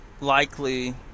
Likely